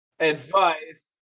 advice